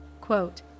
Quote